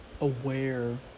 aware